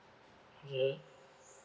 ya